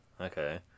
Okay